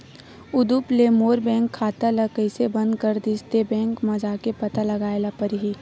उदुप ले मोर बैंक खाता ल कइसे बंद कर दिस ते, बैंक म जाके पता लगाए ल परही